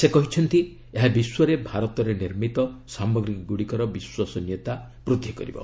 ସେ କହିଛନ୍ତି ଏହା ବିଶ୍ୱରେ ଭାରତରେ ନିର୍ମିତ ସାମଗ୍ରୀ ଗୁଡ଼ିକର ବିଶ୍ୱସନୀୟତା ବୃଦ୍ଧି କରିବ